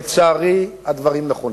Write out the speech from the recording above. לצערי הדברים נכונים.